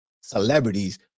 celebrities